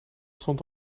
stond